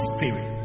Spirit